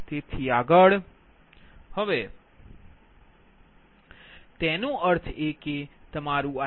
તેનો અર્થ એ કે તમારું I1I3I2I3I4IL9